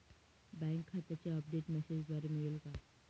Bank खात्याचे update मेसेजद्वारे मिळेल का?